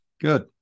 Good